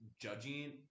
judging